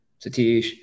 satish